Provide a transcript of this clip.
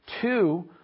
Two